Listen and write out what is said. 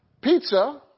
pizza